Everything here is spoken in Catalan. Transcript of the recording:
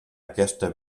aquesta